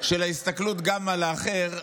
של ההסתכלות גם על האחר,